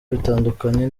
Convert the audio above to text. bitandukanye